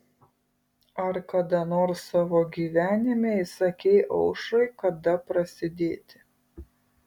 ar kada nors savo gyvenime įsakei aušrai kada prasidėti